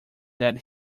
that